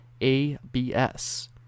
ABS